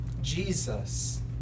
Jesus